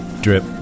drip